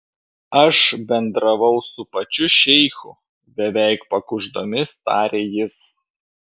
aš bendravau su pačiu šeichu beveik pakuždomis tarė jis